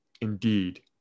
Indeed